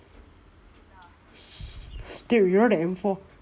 still you know the M four